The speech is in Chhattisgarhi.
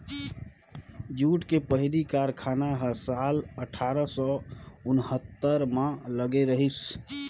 जूट के पहिली कारखाना ह साल अठारा सौ उन्हत्तर म लगे रहिस